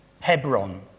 Hebron